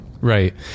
Right